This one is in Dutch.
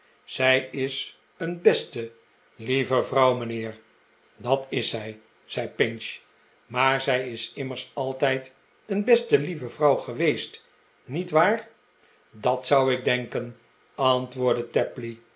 zij is een beste lieve vrouw mijnheer dat is zij zei pinch maar zij is immers altijd een beste lieve vrouw geweest niet waar dat zou ik denken antwoordde